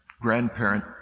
grandparent